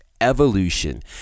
Evolution